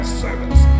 service